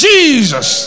Jesus